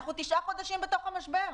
אנחנו תשעה חודשים בתוך המשבר,